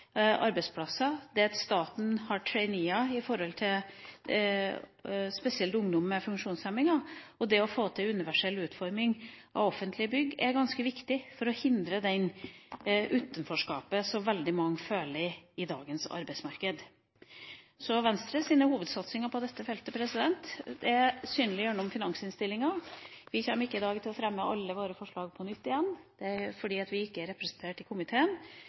arbeidsplasser, det at staten har trainee-er spesielt når det gjelder ungdom med funksjonshemninger, og det å få til universell utforming av offentlige bygg, er ganske viktig for å hindre det utenforskapet som veldig mange føler i dagens arbeidsmarked. Venstres hovedsatsinger på dette feltet er synlig gjennom finansinnstillingen. Vi kommer ikke i dag til å fremme alle våre forslag på nytt, siden vi ikke er representert i komiteen,